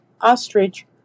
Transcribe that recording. ostrich